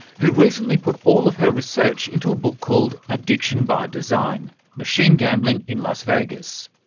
who recently put all of her research into a book called addiction by design machine gambling in las vegas.